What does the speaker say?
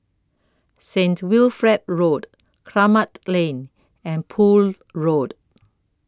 Saint Wilfred Road Kramat Lane and Poole Road